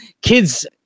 Kids